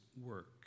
work